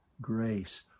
grace